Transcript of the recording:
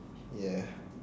ya